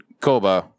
Koba